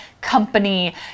company